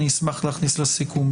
אני אשמח להכניס לסיכום.